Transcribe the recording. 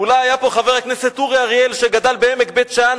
אולי היה פה חבר הכנסת אורי אריאל שגדל בעמק בית-שאן,